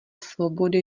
svobody